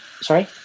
sorry